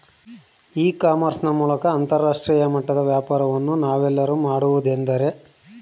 E commerce ನ ಮೂಲಕ ಅಂತರಾಷ್ಟ್ರೇಯ ಮಟ್ಟದ ವ್ಯಾಪಾರವನ್ನು ನಾವೆಲ್ಲರೂ ಮಾಡುವುದೆಂದರೆ?